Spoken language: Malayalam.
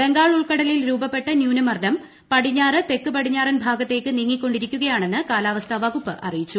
ബംഗാൾ ഉൾക്കടലിൽ രൂപപ്പെട്ട ന്യൂനമർദ്ദം പടിഞാറ് തെക്ക് ട്ട് പടിഞ്ഞാറൻ ഭാഗത്തേക്ക് നീങ്ങി കൊണ്ടിരിക്കുകയാണെന്ന് കാലാവസ്ഥാ വകുപ്പ് അറിയിച്ചു